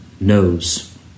knows